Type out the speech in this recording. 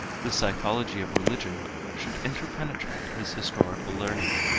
the psychology of religion should interpenetrate his historical learning